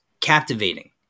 captivating